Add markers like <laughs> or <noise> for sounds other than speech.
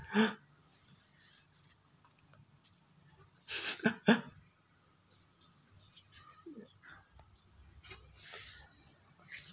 <noise> <laughs>